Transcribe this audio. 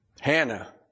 Hannah